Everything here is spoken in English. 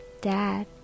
dad